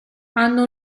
hanno